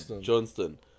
Johnston